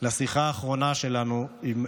לשיחה האחרונה שלנו עם מוישי.